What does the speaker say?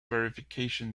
verification